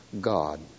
God